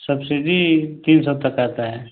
subsidy तीन सौ तक आता है